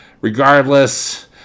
Regardless